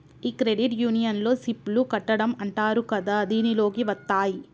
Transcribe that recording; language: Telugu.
ఈ క్రెడిట్ యూనియన్లో సిప్ లు కట్టడం అంటారు కదా దీనిలోకి వత్తాయి